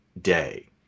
day